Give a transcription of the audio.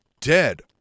dead